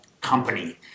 company